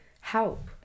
help